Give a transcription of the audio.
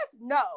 No